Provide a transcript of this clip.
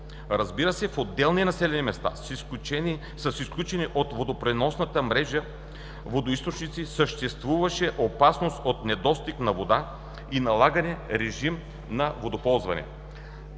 Разбира се, в отделни населени места с изключени от водопреносната мрежа водоизточници съществуваше опасност от недостиг на вода и налагане на режим на водоползване,